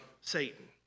Satan